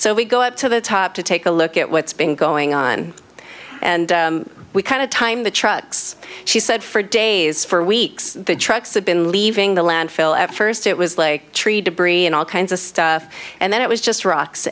so we go up to the top to take a look at what's been going on and we kind of time the trucks she said for days for weeks the trucks had been leaving the landfill at first it was like tree debris and all kinds of stuff and then it was just rocks